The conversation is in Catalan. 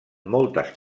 moltes